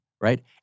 Right